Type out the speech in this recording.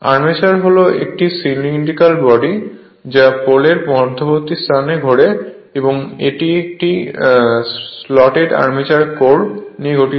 armature হল একটি cylindrical body যা পোলের মধ্যবর্তী স্থানে ঘোরে এবং একটি স্লটেড আর্মেচার কোর নিয়ে গঠিত